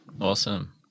Awesome